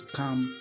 come